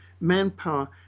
manpower